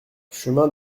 chemin